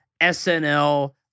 SNL